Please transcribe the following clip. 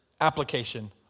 application